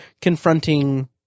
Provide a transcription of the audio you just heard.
confronting